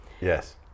yes